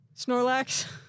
Snorlax